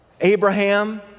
Abraham